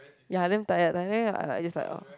ya damn tired I like just like oh